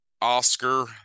Oscar